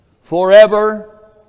forever